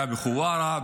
היה בחווארה,